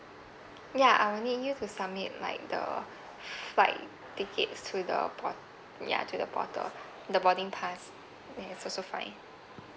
ya I'll need you to submit like the flight tickets to the port~ ya to the portal the boarding pass yes also fine